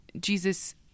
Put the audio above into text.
jesus